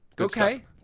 Okay